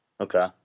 Okay